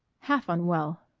half unwell.